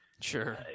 Sure